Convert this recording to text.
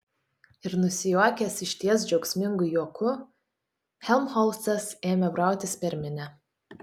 ir nusijuokęs išties džiaugsmingu juoku helmholcas ėmė brautis per minią